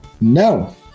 No